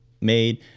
made